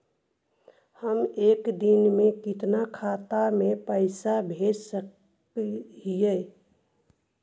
हम एक दिन में कितना खाता में पैसा भेज सक हिय?